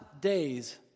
days